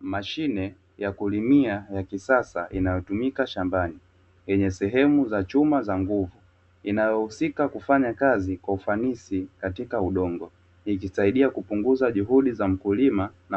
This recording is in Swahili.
Mashine ya kulimia ya kisasa inayotumika shambani, yenye sehemu za chuma za ngumu, inayofanya kazi kwa ufanisi ikikisudia